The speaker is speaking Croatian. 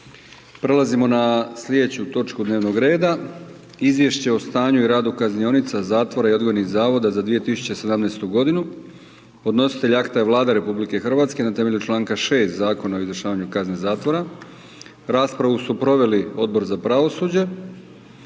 Prelazimo na sljedeću točku dnevnog rada: - Izvješće o stanju i radu kaznionica, zatvora i odgojnih zavoda za 2017. godinu. Podnositelj akta je Vlada RH na temelju članka 6. Zakona o izvršavanju kazne zatvora. Raspravu su proveli Odbor za pravosuđe.